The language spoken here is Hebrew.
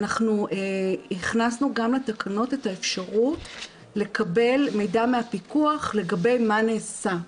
אנחנו הכנסנו גם לתקנות את האפשרות לקבל מידע מהפיקוח לגבי מה נעשה.